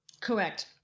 Correct